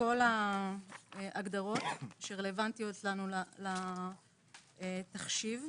כל ההגדרות שרלוונטיות לנו לתחשיב.